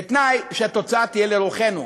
בתנאי שהתוצאה תהיה לרוחנו,